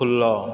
ষোল্ল